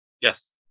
Yes